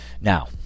Now